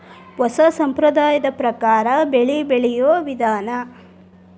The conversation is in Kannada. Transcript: ಹೊಸಾ ಸಂಪ್ರದಾಯದ ಪ್ರಕಾರಾ ಬೆಳಿ ಬೆಳಿಯುವ ವಿಧಾನಾ